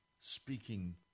speaking